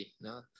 no